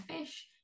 fish